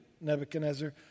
Nebuchadnezzar